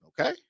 Okay